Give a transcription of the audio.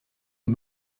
est